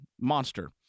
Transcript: monster